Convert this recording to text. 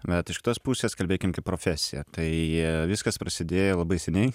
bet iš kitos pusės kalbėkim kaip profesija tai viskas prasidėjo labai seniai